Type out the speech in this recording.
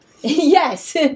Yes